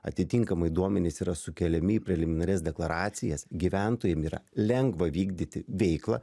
atitinkamai duomenys yra sukeliami į preliminarias deklaracijas gyventojam yra lengva vykdyti veiklą